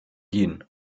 gehen